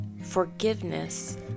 forgiveness